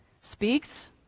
speaks